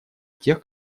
тех